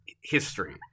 history